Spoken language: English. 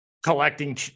collecting